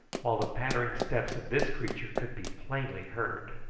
while the pattering steps of this creature could be plainly heard.